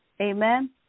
amen